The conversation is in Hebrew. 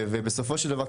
ובסופו של דבר,